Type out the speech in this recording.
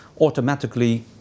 automatically